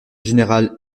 général